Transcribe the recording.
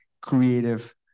creative